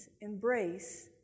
embrace